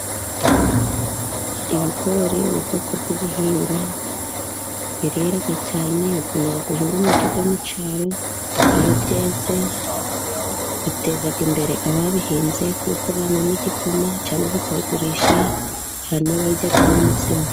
Ibigori ni ubwoko bw'ibihingwa birera cyane bikunda guhingwa mu bice byo mu cyaro, iyo byeze biteza imbere ababihinze kuko banywamo igikoma cyangwa bakabigurisha hari ababiryamo umutsima.